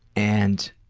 and